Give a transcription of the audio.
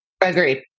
Agreed